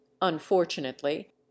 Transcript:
unfortunately